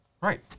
Right